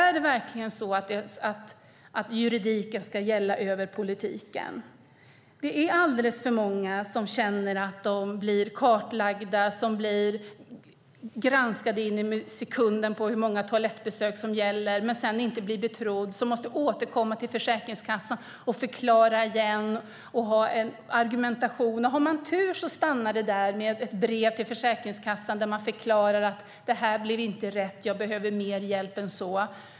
Är det verkligen så att juridiken ska gälla över politiken? Det är alldeles för många som känner att de blir kartlagda och på sekunden granskade när det gäller antalet toalettbesök och som sedan inte blir betrodda utan måste återkomma till Försäkringskassan och förklara och argumentera. Har man tur stannar det med ett brev till Försäkringskassan där man förklarar att det inte blev rätt och att man behöver mer hjälp än så.